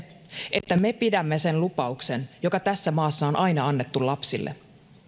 että me pidämme sen lupauksen joka tässä maassa on aina annettu lapsille